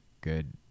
good